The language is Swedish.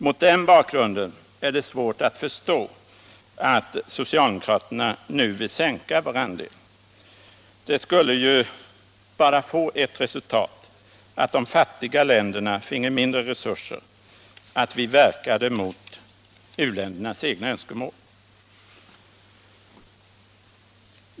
Mot den bakgrunden är det svårt att förstå att socialdemokraterna nu vill sänka vår andel. Det skulle bara få ett resultat: att de fattiga länderna finge mindre resurser, att vi verkade mot u-ländernas egna önskemål.